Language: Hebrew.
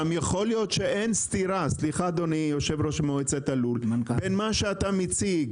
גם יכול להיות שאין סתירה בין מה שאתה מציג